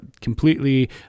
completely